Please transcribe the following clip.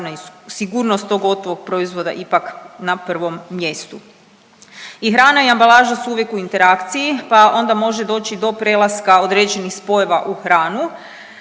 sigurnost tog gotovog proizvoda ipak na prvom mjestu. I hrana i ambalaža su uvijek u interakciji pa onda može doći do prelaska određenih spojeva u hranu,